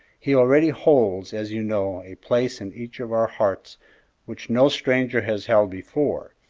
he already holds, as you know, a place in each of our hearts which no stranger has held before,